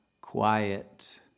quiet